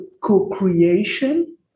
co-creation